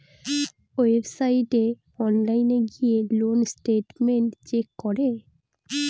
ওয়েবসাইটে অনলাইন গিয়ে loan statement check করে